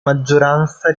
maggioranza